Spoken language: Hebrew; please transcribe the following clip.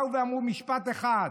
באו ואמרו משפט אחד: